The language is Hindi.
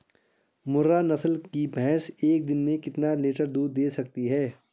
मुर्रा नस्ल की भैंस एक दिन में कितना लीटर दूध दें सकती है?